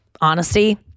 honesty